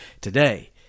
today